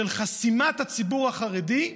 של חסימת הציבור החרדי,